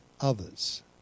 others